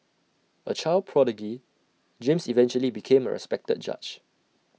A child prodigy James eventually became A respected judge